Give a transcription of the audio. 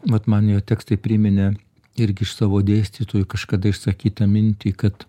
vat man jo tekstai priminė irgi iš savo dėstytojų kažkada išsakytą mintį kad